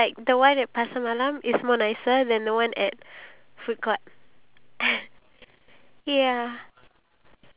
I mean I know it's just satay but then I just thought maybe we could try like a s~ local store